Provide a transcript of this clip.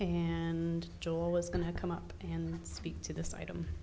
and joel is going to come up and speak to this item